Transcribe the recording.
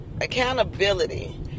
Accountability